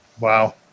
Wow